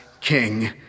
king